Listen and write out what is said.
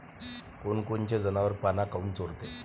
कोनकोनचे जनावरं पाना काऊन चोरते?